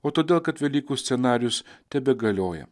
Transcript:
o todėl kad velykų scenarijus tebegalioja